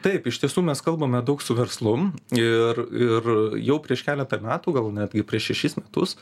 taip iš tiesų mes kalbame daug su verslu ir ir jau prieš keletą metų gal netgi prieš šešis metus